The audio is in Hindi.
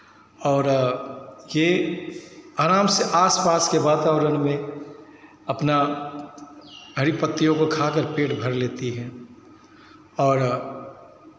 और ये आराम से आसपास के वातावरण में अपना हरी पत्तियों को खा कर पेट भर लेती हैं और